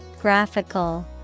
Graphical